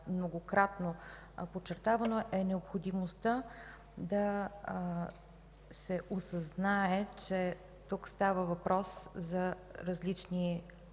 многократно подчертавано – необходимостта да се осъзнае, че тук става въпрос за различни